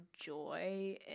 joy